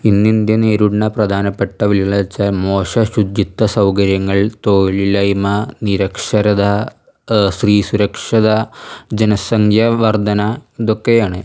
ഇന്ന് ഇന്ത്യ നേരിടുന്ന പ്രധാനപ്പെട്ട വെല്ലുവിളികൾ വെച്ചാൽ മോശം ശുചിത്വ സൗകര്യങ്ങള് തൊഴിലില്ലായ്മ നിരക്ഷരത സ്ത്രീ സുരക്ഷത ജനസംഖ്യ വര്ദ്ധനവ് ഇതൊക്കെയാണ്